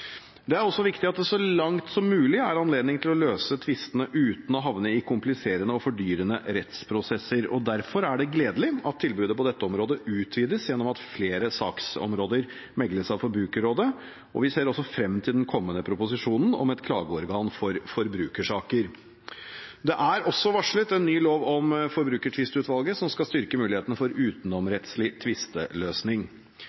Det er også viktig at det så langt som mulig er anledning til å løse tvistene uten å havne i kompliserende og fordyrende rettsprosesser. Derfor er det gledelig at tilbudet på dette området utvides ved at flere saksområder mekles av Forbrukerrådet, og vi ser frem til den kommende proposisjonen om et klageorgan for forbrukersaker. Det er også varslet en ny lov om Forbrukertvistuvalget, som skal styrke mulighetene for